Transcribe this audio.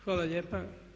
Hvala lijepa.